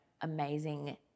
amazing